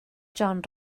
john